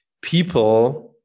people